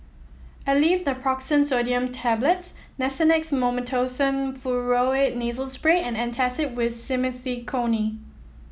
Aleve Naproxen Sodium Tablets Nasonex Mometasone Furoate Nasal Spray and Antacid with Simethicone